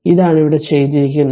ഇതാണ് ഇവിടെ ചെയ്തത്